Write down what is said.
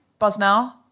Buzznow